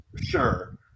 Sure